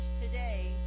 today